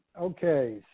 Okay